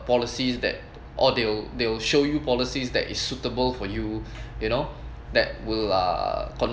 policies that or they'll they'll show you policies that is suitable for you you know that will uh